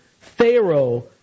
Pharaoh